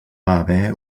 haver